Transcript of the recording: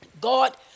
God